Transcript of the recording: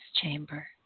chamber